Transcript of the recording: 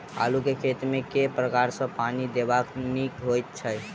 आलु केँ खेत मे केँ प्रकार सँ पानि देबाक नीक होइ छै?